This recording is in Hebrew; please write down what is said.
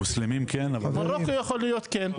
מרוקו יכול להיות כן.